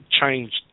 changed